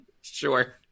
sure